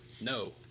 No